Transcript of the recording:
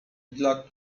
dla